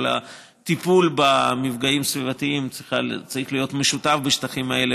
כל הטיפול במפגעים סביבתיים צריך להיות משותף בשטחים האלה,